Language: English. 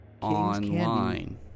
Online